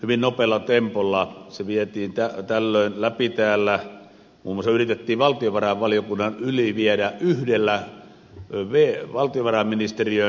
hyvin nopealla tempolla se vietiin tällöin läpi täällä muun muassa yritettiin valtiovarainvaliokunnan yli viedä yhdellä valtiovarainministeriön lainsäädäntöneuvoksen lausunnolla